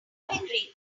agree